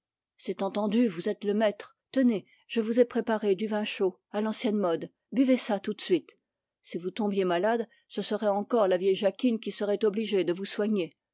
c'est entendu vous êtes le maître tenez je vous ai préparé du vin chaud buvez ça tout de suite si vous tombiez malade ce serait encore la vieille jacquine qui serait forcée de vous soigner